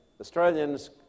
Australians